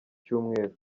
cyumweru